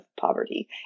poverty